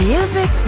Music